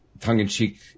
tongue-in-cheek